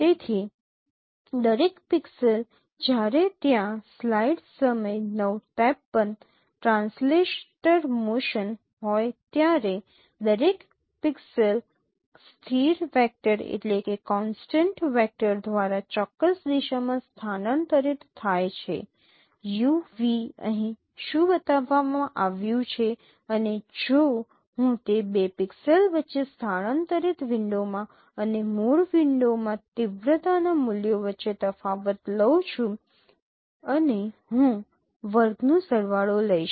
તેથી દરેક પિક્સેલ જ્યારે ત્યાં સ્લાઇડ સમય 0૯ ૫૩ ટ્રાન્સલેટર મોશન હોય ત્યારે દરેક પિક્સેલ સ્થિર વેક્ટર દ્વારા ચોક્કસ દિશામાં સ્થાનાંતરિત થાય છે u v અહીં શું બતાવવામાં આવ્યું છે અને જો હું તે બે પિક્સેલ્સ વચ્ચે સ્થાનાંતરિત વિન્ડોમાં અને મૂળ વિન્ડોમાં તીવ્રતાના મૂલ્યો વચ્ચે તફાવત લઉં છું અને હું વર્ગ નો સરવાળો લઈશ